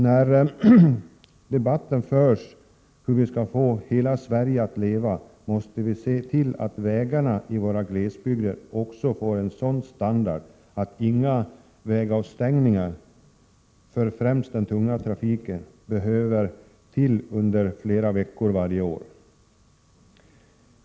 När debatten om hur vi skall få hela Sverige att leva förs, måste vi se till att vägarna i våra glesbygder också får en sådan standard att inga vägavstängningar under flera veckor varje år, främst för den tunga trafiken, blir nödvändiga.